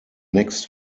next